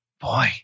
boy